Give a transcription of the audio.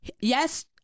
yes